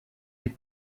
les